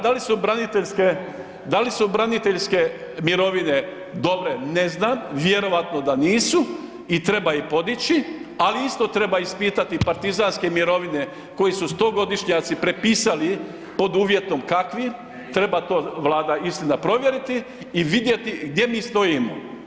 Da li su braniteljske mirovine dobre, ne znam, vjerovatno da nisu i treba ih podići ali isto treba ispitati partizanske mirovine koje su stogodišnjaci prepisali pod uvjetom kakvim, treba to Vlada istina provjeriti, i vidjeti gdje mi stojimo.